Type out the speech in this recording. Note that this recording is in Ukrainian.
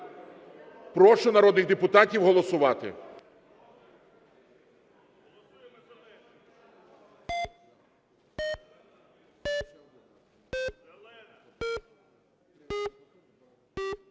Прошу народних депутатів голосувати.